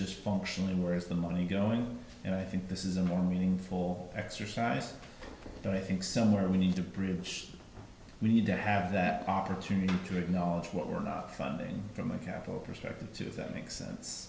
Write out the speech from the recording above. just function and where is the money going and i think this is a more meaningful exercise and i think somewhere we need to bridge we need to have that opportunity to acknowledge what we're not funding from a capital perspective that makes sense